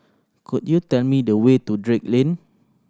could you tell me the way to Drake Lane